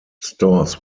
stores